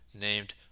named